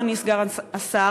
אדוני סגן השר,